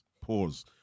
pause